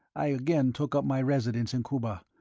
i again took up my residence in cuba,